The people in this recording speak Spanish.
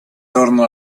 torno